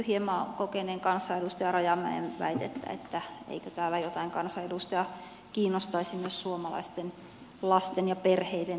hieman hämmästyin kokeneen kansanedustajan rajamäen väitettä että eikö täällä jotain kansanedustajaa kiinnostaisi myös suomalaisten lasten ja perheiden tilanne